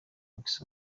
box